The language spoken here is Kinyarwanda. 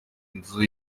inzu